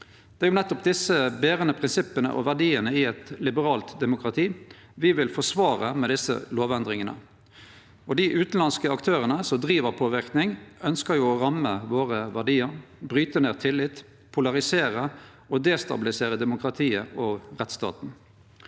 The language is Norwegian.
Det er nettopp desse berande prinsippa og verdiane i eit liberalt demokrati me vil forsvare med desse lovendringane. Dei utanlandske aktørane som driv påverking, ønskjer å ramme verdiane våre, bryte ned tillit, polarisere og destabilisere demokratiet og rettsstaten.